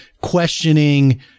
questioning